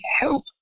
help